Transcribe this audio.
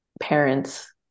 parents